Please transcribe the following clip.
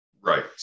Right